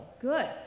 good